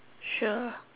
sure